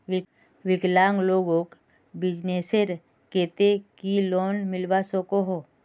विकलांग लोगोक बिजनेसर केते की लोन मिलवा सकोहो?